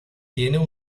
tienen